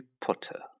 Potter